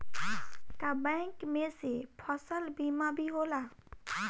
का बैंक में से फसल बीमा भी होला?